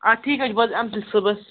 آ ٹھیٖک حظ چھِ بہٕ حظ یِمہٕ تیٚلہِ صُبحس